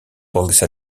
police